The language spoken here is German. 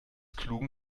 klugen